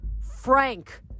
Frank